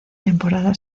temporada